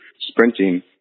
sprinting